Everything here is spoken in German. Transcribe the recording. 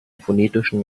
phonetischen